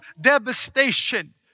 devastation